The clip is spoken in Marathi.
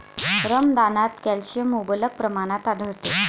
रमदानात कॅल्शियम मुबलक प्रमाणात आढळते